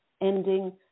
ending